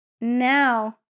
now